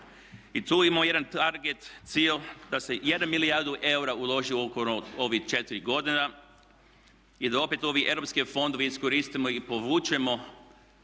I tu imamo jedan target cilj da se jednu milijardu eura uloži oko ovih četiri godina i da opet ove europske fondove iskoristimo i povučemo